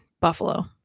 Buffalo